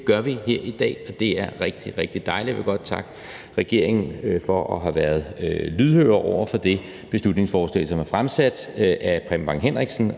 gør vi her i dag, og det er rigtig, rigtig dejligt. Jeg vil godt takke regeringen for at have været lydhør over for det beslutningsforslag, som er fremsat af Preben Bang Henriksen